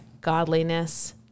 godliness